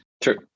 True